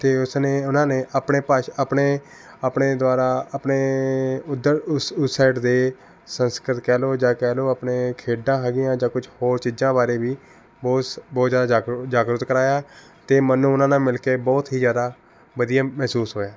ਅਤੇ ਉਸ ਨੇ ਉਨ੍ਹਾਂ ਨੇ ਆਪਣੇ ਭਾਸ਼ ਆਪਣੇ ਆਪਣੇ ਦੁਆਰਾ ਆਪਣੇ ਉੱਧਰ ਉਸ ਉਸ ਸਾਈਡ ਦੇ ਸੰਸਕ੍ਰਿਤ ਕਹਿ ਲਓ ਜਾਂ ਕਹਿ ਲਓ ਆਪਣੇ ਖੇਡਾਂ ਹੈਗੀਆਂ ਜਾਂ ਕੁਛ ਹੋਰ ਚੀਜ਼ਾਂ ਬਾਰੇ ਵੀ ਬਹੁਤ ਸ ਬਹੁਤ ਜ਼ਿਆਦਾ ਜਾਗਰੂਕ ਜਾਗਰੂਕ ਕਰਾਇਆ ਅਤੇ ਮੈਨੂੰ ਉਨ੍ਹਾਂ ਨਾਲ ਮਿਲ ਕੇ ਬਹੁਤ ਹੀ ਜ਼ਿਆਦਾ ਵਧੀਆ ਮਹਿਸੂਸ ਹੋਇਆ